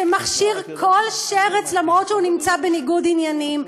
שמכשיר כל שרץ, אף שהוא נמצא בניגוד עניינים,